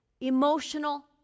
emotional